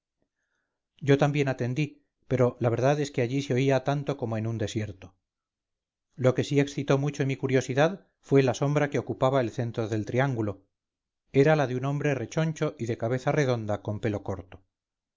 yo también atendí pero la verdad es que allí se oía tanto como en un desierto lo que sí excitó mucho mi curiosidad fue la sombra que ocupaba el centro del triángulo era la de un hombre rechoncho y de cabeza redonda con pelo corto